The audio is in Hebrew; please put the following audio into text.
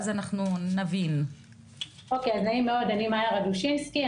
אני מאיה רגושינסקי,